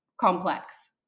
complex